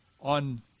on